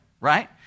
right